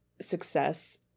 success